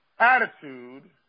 Attitude